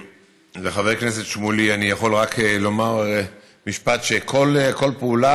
לחבר הכנסת שמולי אני יכול רק לומר משפט: כל פעולה